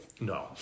no